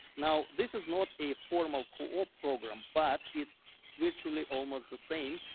now, this is not a formal co-op program, but it's virtually almost the same.